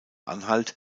anhalt